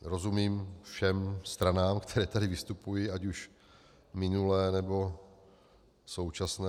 Rozumím všem stranám, které tady vystupují, ať už minulé, nebo současné.